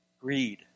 greed